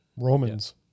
Romans